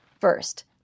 First